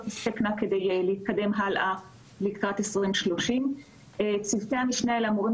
יספיקו כדי להתקדם הלאה לקראת 2030. צוותי המשנה אמורים